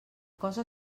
cosa